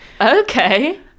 Okay